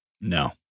No